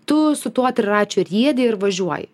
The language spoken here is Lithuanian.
tu su tuo triračių riedi ir važiuoji